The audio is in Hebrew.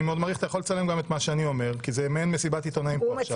אתה יכול לצלם גם את מה שאני אומר כי זה מעיין מסיבת עיתונאים פה.